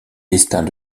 destins